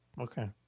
Okay